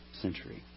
century